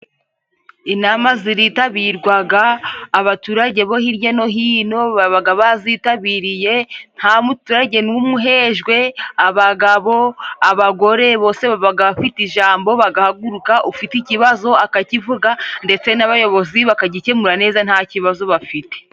Inama ziritabirwaga abaturage bo hirya no hino, babaga bazitabiriye, nta muturage n’umwe uhejwe. Abagabo, abagore bose babaga bafite ijambo, bagahaguruka, ufite ikibazo akakivuga, ndetse n’abayobozi bakagikemura neza, nta kibazo bafite.